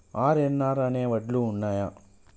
RNR అనే వడ్లు ఉన్నయా?